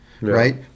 Right